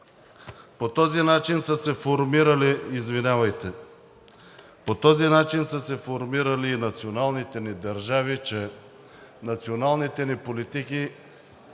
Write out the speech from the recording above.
По този начин са се формирали и националните ни държави, че националните ни политики